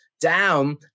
down